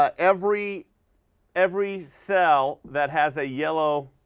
ah every every cell that has a yellow,